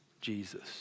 Jesus